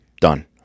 Done